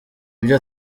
ibyo